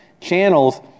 channels